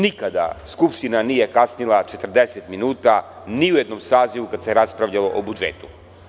Nikada Skupština nije kasnila 40 minuta ni u jednom sazivu kada se raspravljalo o budžetu.